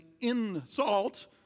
insult